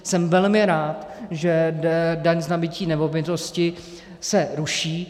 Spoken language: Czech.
Jsem velmi rád, že daň z nabytí nemovitostí se ruší.